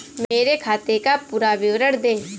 मेरे खाते का पुरा विवरण दे?